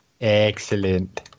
Excellent